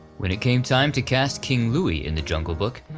when it came time to cast king louie in the jungle book,